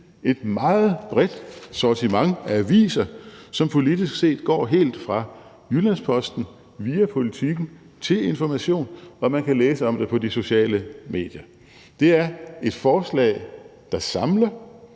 et meget bredt sortiment af aviser, som politisk set går helt fra Jyllands-Posten via Politiken til information, og man kan læse om det på de sociale medier: Det er et forslag, der samler.